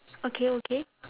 okay okay